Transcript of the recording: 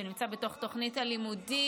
שנמצא בתוך תוכנית הלימודים.